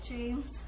James